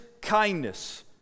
kindness